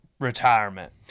retirement